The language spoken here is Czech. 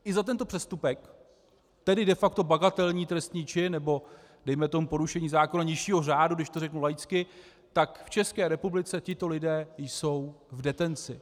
I za tento přestupek, tedy de facto bagatelní trestný čin, nebo dejme tomu porušení zákona nižšího řádu, když to řeknu laicky, tak v České republice tito lidé jsou v detenci.